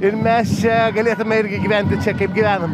ir mes čia galėtume irgi gyventi čia kaip gyvenam